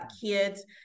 Kids